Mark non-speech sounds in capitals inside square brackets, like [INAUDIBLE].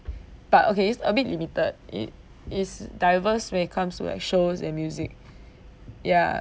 but okay it's a bit limited it is diverse when it comes to like shows and music [BREATH] ya